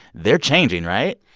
they're changing. right?